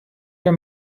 your